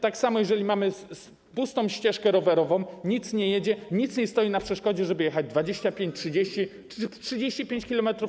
Tak samo, jeżeli mamy pustą ścieżkę rowerową, nic nie jedzie, nic nie stoi na przeszkodzie, żeby jechać 25, 30 czy 35 km/h.